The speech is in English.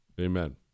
Amen